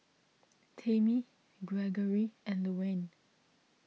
Tamie Greggory and Luanne